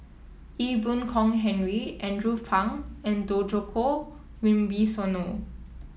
Ee Boon Kong Henry Andrew Phang and Djoko Wibisono